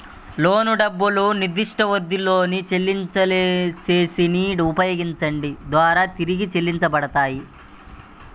లోను డబ్బులు నిర్దిష్టవ్యవధిలో చెల్లింపులశ్రేణిని ఉపయోగించడం ద్వారా తిరిగి చెల్లించబడతాయి